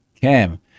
Cam